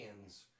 hands